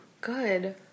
Good